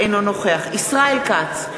אינו נוכח ישראל כץ,